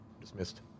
Dismissed